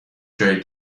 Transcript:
جایی